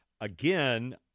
Again